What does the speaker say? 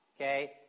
okay